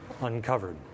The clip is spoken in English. uncovered